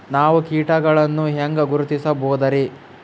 ನಾವು ಕೀಟಗಳನ್ನು ಹೆಂಗ ಗುರುತಿಸಬೋದರಿ?